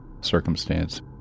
circumstance